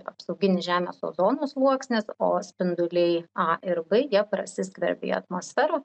apsauginis žemės ozono sluoksnis o spinduliai a ir b jie prasiskverbia į atmosferą